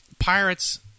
Pirates